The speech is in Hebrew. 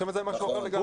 הוא משהו אחר לגמרי.